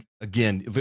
again